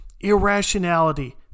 irrationality